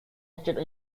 state